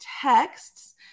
texts